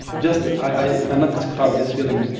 just i cannot describe this feeling.